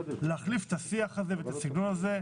להחליף את השיח הזה ואת הסגנון הזה,